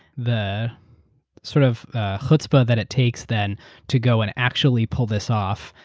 the sort of hutzpah that it takes them to go and actually pull this off,